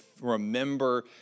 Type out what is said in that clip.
remember